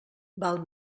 val